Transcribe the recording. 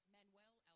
Manuel